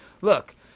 Look